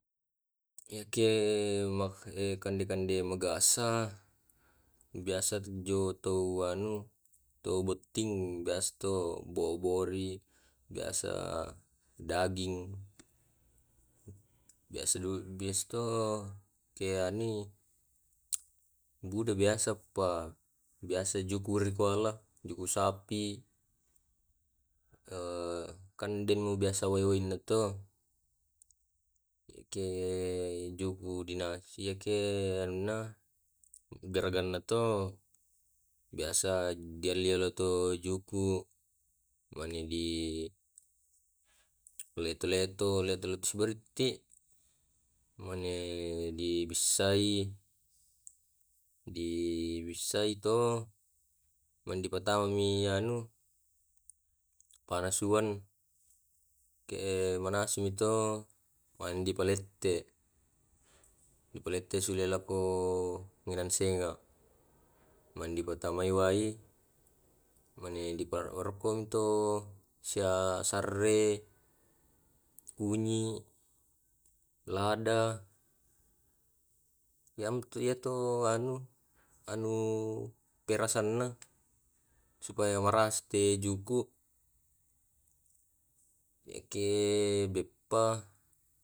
Yake kande kande magasa biasa jo tau anu, tau botting biasa tau bobori, biasa daging, biasa du biasa to keanui buda biasa pa biasa jukuri kuala, juku sapi, kande mu biasa wae waena to yake juku dinas yake anuna garagarana to, biasa dialliato juku mane di leto leto leto leto leto subariti mane di bissai, di bissai to, na dipatamani anu, panasuan ke manasu mi to mandi palette dipalette sulo lako menan sea, mani dipattamaiwai mani diparekko to sea sarre, kunyi, lada. iyam iya to anu anu perasanna, supaya merasa te juku yake beppa